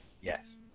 Yes